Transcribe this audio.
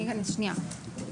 שנייה.